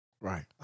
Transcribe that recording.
Right